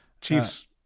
Chiefs